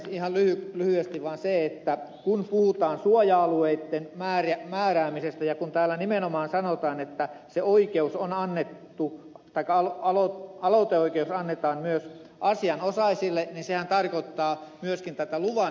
ihan lyhyesti vaan se että kun puhutaan suoja alueitten määräämisestä ja kun täällä nimenomaan sanotaan että se oikeus on annettu aikaa on aloiteoikeus annetaan myös asianosaisille niin sehän tarkoittaa myöskin tätä luvanhaltijaa